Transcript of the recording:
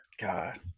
God